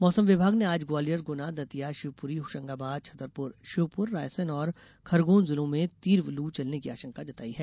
मौसम विभाग ने आज ग्वालियर गुना दतिया शिवपुरी होशंगाबाद छतरपुर श्योपुर रायसेन और खरगोन जिलों में तीव्र लू चलने की आशंका जताई है